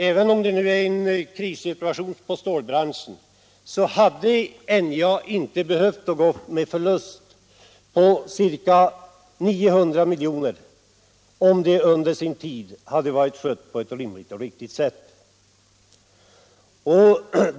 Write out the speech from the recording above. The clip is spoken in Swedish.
Även om det nu är en krissituation inom stålbranschen hade NJA inte behövt gå med förlust på ca 900 milj.kr. om det hade varit skött på ett riktigt och rimligt sätt.